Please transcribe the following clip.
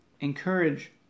encourage